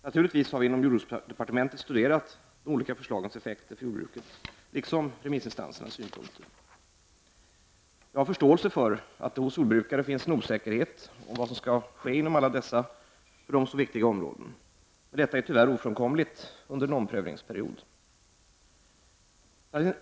Naturligtvis har vi inom jordbruksdepartementet studerat de olika förslagens effekter för jordbruket liksom remissinstansernas synpunkter. Jag har förståelse för att det hos jordbrukare finns en osäkerhet om vad som skall ske inom alla dessa för dem så viktiga områden. Men detta är tyvärr ofrånkomligt under en omprövningsperiod.